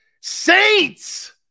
Saints